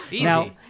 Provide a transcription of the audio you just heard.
now